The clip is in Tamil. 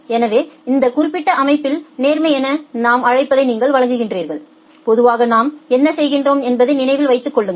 எனவே இந்த குறிப்பிட்ட அமைப்பில் நேர்மை என நாம் அழைப்பதை நீங்கள் வழங்குகிறீர்கள் பொதுவாக நாம் என்ன செய்கிறோம் என்பதை நினைவில் வைத்துக் கொள்ளுங்கள்